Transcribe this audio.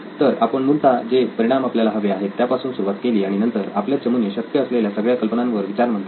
तर आपण मूलतः जे परिणाम आपल्याला हवे आहेत त्यापासून सुरुवात केली आणि नंतर आपल्या चमूने शक्य असलेल्या सगळ्या कल्पनांबद्दल विचार मंथन केले